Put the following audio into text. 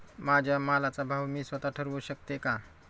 माझ्या मालाचा भाव मी स्वत: ठरवू शकते का?